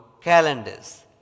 calendars